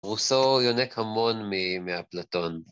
רוסו יונק המון מאפלטון